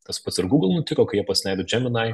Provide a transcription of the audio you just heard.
tas pats ir google nutiko kai jie pasileido džeminai